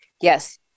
Yes